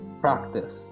practice